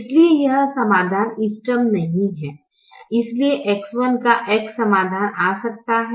इसलिए यह समाधान इष्टतम नहीं है इसलिए X1 का x समाधान आ सकता है